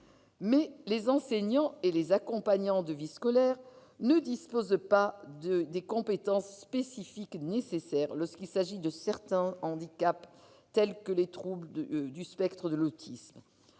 les enseignants et les accompagnants de vie scolaire ne disposent pas des compétences spécifiques nécessaires lorsqu'il s'agit de certains handicaps, tels que les troubles du spectre de l'autisme.